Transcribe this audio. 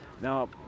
Now